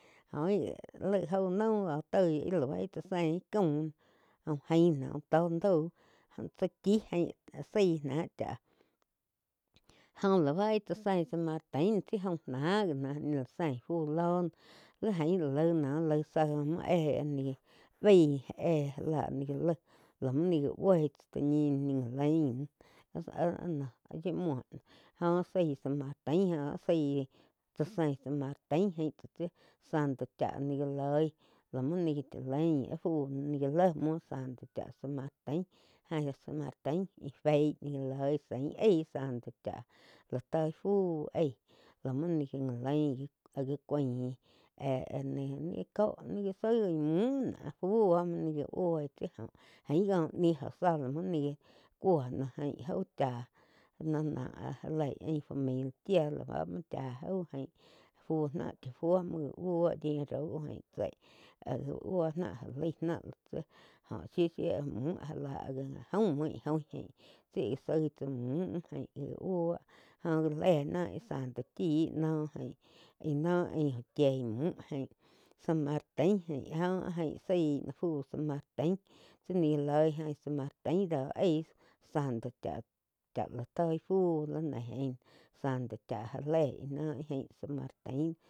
Óh gi laig jau naum oh ain lau íh tsá sein íh caum noh úh jain noh úh tó noh tsá chí jaín tsáh chí náh cháh jo la bá ih tsá sein san martin noh tsi jaum náh gi já la sein fú loh lii ain la laig no laih zá éh baíh éh já la ni gá laig muo ni gá bup chá ta ñi noh áh-áh no yíu muo zái san martin tsá sein san martin jaín tsi santo chá ni gá loi la muo ni chá lain áh fu ni já le muo santo chá san martin tsi santo cháh já loi lá muo ni gá cha lain áh fú ni gá léu muo santo cháh san martin. Jaín san martin, ih feí já sáin aí santo chá la tói fu aíh la mú ni a laing áh cuáin éh ni cóh ni gá soi múh ná áh fu óh ní gá búi tsi ain óh ni zá la muo ni cuo no jain jaú cha-cha já lei aín familia chía lá bá muo chá jaú jaín fu náh cha fuo muo gá buo yíu raug jáin tsai áh já buo ná já laig náh tsi joh shiu shiu múh áh ja jaum muo íh join jai tsi soi tsá muh jaín buo jó já lein náh íh santo chíh no jain. íh no aíh úh chíeh múh ain áh jó áh jaín zaí no fu san martin tsi ni gá loi jain san martin áí santo chá la toi fu li neí santo chá já leih noh íh jaín san martin.